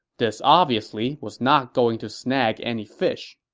this obviously was not going to snag any fish